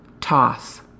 toss